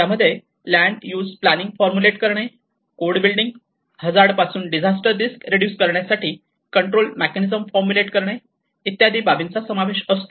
त्यामध्ये land use planning formulate करणे code building hazard पासून डिझास्टर रिस्क रेडूस करण्यासाठी कंट्रोल मेकॅनिझम फॉर्म्युलेट करणे इत्यादी बाबींचा समावेश असतो